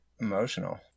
Emotional